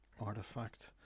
artifact